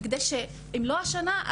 כדי שאם לא השנה,